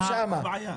מה הבעיה?